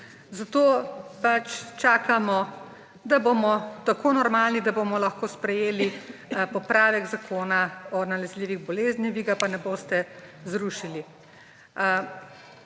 zato pač čakamo, da bomo tako normalni, da bomo lahko sprejeli popravek Zakona o nalezljivih boleznih, vi ga pa ne boste zrušili.